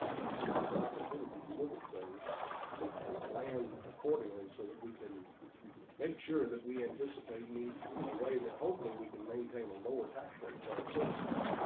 but it gives us an opportunity to look at things and plan accordingly so that we can make sure that we anticipate needs in a way that hopefully we can maintain a lower tax rate for our citizens,